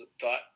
thought